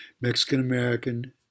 Mexican-American